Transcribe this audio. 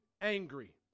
angry